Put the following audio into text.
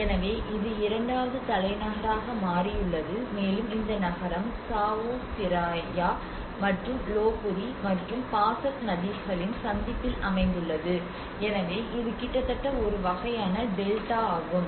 எனவே இது இரண்டாவது தலைநகராக மாறியுள்ளது மேலும் இந்த நகரம் சாவோ ஃபிராயா மற்றும் லோபூரி மற்றும் பாசக் நதிகளின் சந்திப்பில் அமைந்துள்ளது எனவே இது கிட்டத்தட்ட ஒரு வகையான டெல்டா ஆகும்